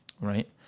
Right